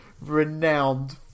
renowned